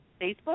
Facebook